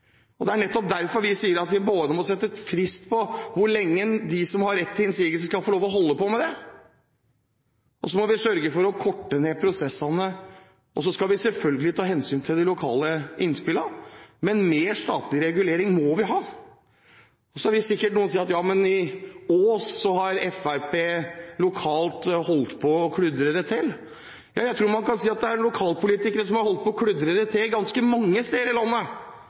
Det er derfor vi sier at vi må sette en frist for hvor lenge de som har rett til innsigelser, skal få lov til å holde på med det. Så må vi sørge for å korte ned prosessene. Vi skal selvfølgelig ta hensyn til de lokale innspillene, men mer statlig regulering må vi ha. Så vil sikkert noen si: Men i Ås har Fremskrittspartiet lokalt holdt på å kludre det til. Ja, jeg tror man kan si at lokalpolitikere har holdt på å kludre det til ganske mange steder i landet.